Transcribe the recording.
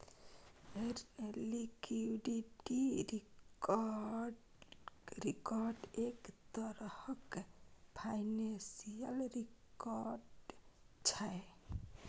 liquidity risk एक तरहक financial risk छै